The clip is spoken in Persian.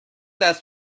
دست